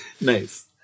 Nice